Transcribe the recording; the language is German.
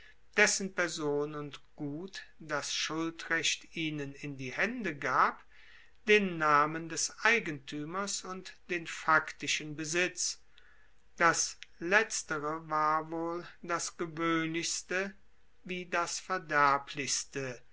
dessen person und gut das schuldrecht ihnen in die haende gab den namen des eigentuemers und den faktischen besitz das letztere war wohl das gewoehnlichste wie das